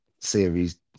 series